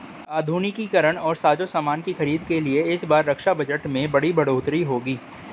आधुनिकीकरण और साजोसामान की खरीद के लिए इस बार रक्षा बजट में बड़ी बढ़ोतरी होगी